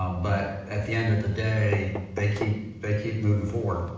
ah but at the end of the day, they keep they keep moving forward.